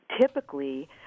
Typically